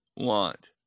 want